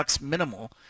minimal